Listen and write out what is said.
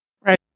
right